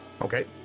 okay